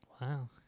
Wow